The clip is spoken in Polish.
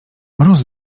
mróz